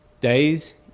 days